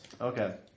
Okay